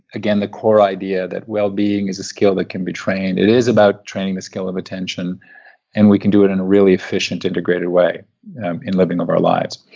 again, the core idea that wellbeing is a skill that can be trained. it is about training the skill of attention and we can do it in a really efficient, integrated way in living of our lives.